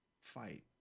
fight